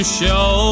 show